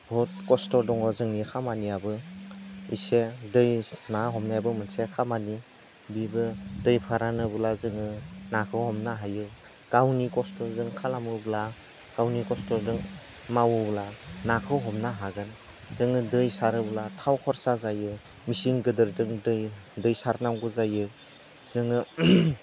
बुहुद खस्थ' दङ जोंनि खामानियाबो एसे दै ना हमनायाबो मोनसे खामानि बिबो दै फोरानोब्ला जोङो नाखौ हमनो हायो गावनि खस्थ'जों खालामोब्ला गावनि खस्थ'जों मावोब्ला नाखौ हमनो हागोन जोङो दै सारोब्ला थाव खरसा जायो मेचिन गोदोरदो दै दै सारनांगौ जायो जोङो